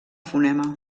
fonema